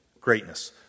greatness